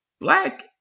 black